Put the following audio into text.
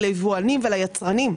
על היבואנים ועל היצרנים,